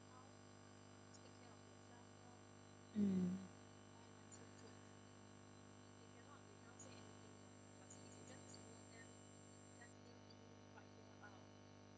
mm